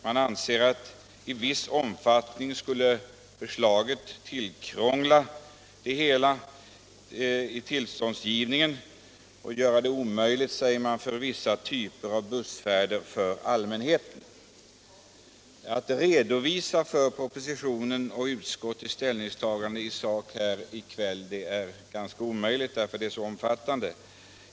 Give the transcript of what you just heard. Man anser att förslaget i viss omfattning tillkrånglar tillståndsgivningen och gör det omöjligt, säger man, för vissa typer av bussfärder för allmänheten. Att redovisa innehållet i propositionen och utskottets ställningstagande i sak här i kväll är ganska omöjligt, därför att det är ett så omfattande material.